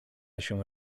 się